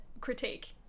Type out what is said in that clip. critique